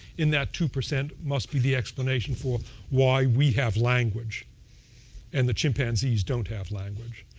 in that two percent must be the explanation for why we have language and the chimpanzees don't have language.